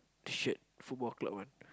shirt Football Club one